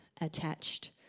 attached